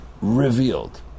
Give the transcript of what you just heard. revealed